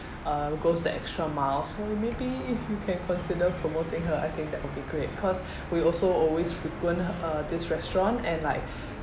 uh goes the extra miles so maybe if you can consider promoting her I think that would be great cause we also always frequent uh this restaurant and like